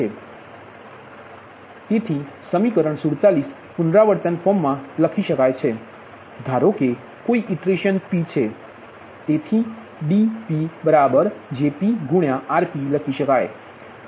તેથી સમીકરણ 47 પુનરાવર્તન ફોર્મ માં લખી શકાય છે ધારોકે કોઇ ઇટરેશન p છે તેથી DpJpRp લખી શકાય